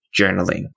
journaling